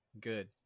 Good